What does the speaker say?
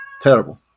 Terrible